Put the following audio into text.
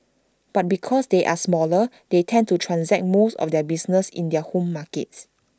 but because they are smaller they tend to transact most of their business in their home markets